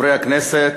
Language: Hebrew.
לפי התקנון,